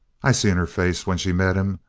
i seen her face when she met him.